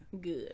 Good